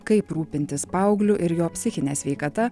kaip rūpintis paaugliu ir jo psichine sveikata